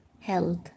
health